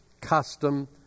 custom